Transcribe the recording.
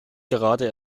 gerade